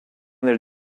their